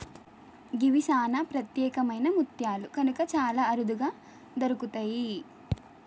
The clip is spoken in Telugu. గివి సానా ప్రత్యేకమైన ముత్యాలు కనుక చాలా అరుదుగా దొరుకుతయి